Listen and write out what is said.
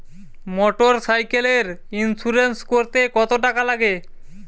মোটরসাইকেলের ইন্সুরেন্স করতে কত টাকা লাগে?